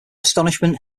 astonishment